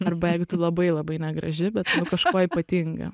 arba jeigu tu labai labai negraži bet kažkuo ypatinga